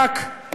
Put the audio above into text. זהו.